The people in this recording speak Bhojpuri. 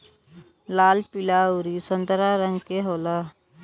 लाल पीला अउरी संतरा रंग के होला